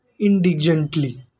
indigently